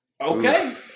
Okay